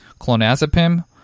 clonazepam